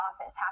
office